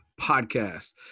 podcast